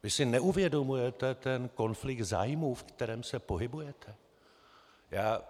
Vy si neuvědomujete ten konflikt zájmů, v kterém se pohybujete?